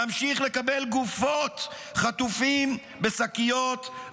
נמשיך לקבל גופות חטופים בשקיות",